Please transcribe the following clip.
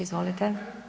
Izvolite.